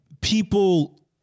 people